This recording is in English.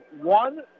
one